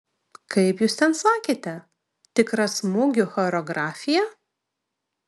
kaip jūs ten sakėte tikra smūgių choreografija